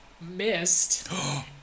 missed